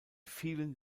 vielen